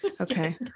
Okay